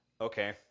okay